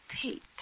Pete